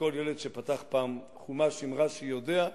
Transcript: שכל ילד שפתח פעם חומש עם רש"י יודע.